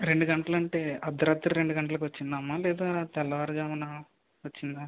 రెండు గంటలు అంటే అర్ధరాత్రి రెండు గంటలకు వచ్చిందా అమ్మా లేదా తెల్లవారుజామున వచ్చిందా